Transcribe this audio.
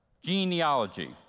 Genealogy